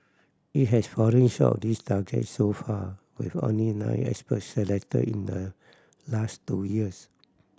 it has fallen short this target so far with only nine experts selected in the last two years